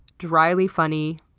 dryly funny.